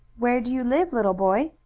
where do you live, little boy?